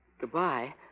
Goodbye